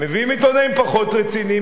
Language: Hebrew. מביאים עיתונאים פחות רציניים,